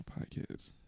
podcast